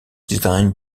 designed